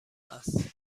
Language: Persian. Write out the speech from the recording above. است